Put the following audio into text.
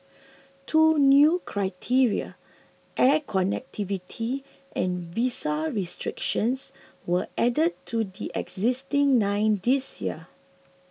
two new criteria air connectivity and visa restrictions were added to the existing nine this year